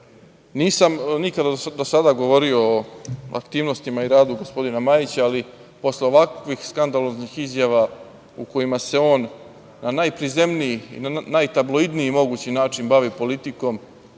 nikada, do sada govorio o aktivnostima i radu gospodina Majića, ali posle ovakvih skandaloznih izjava, u kojima se on najprizemniji, najtabloidniji mogući način bavi politikom,